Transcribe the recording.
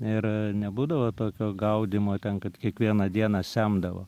ir nebūdavo tokio gaudymo ten kad kiekvieną dieną semdavo